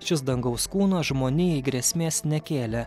šis dangaus kūnas žmonijai grėsmės nekėlė